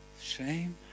Shame